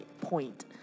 point